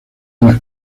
las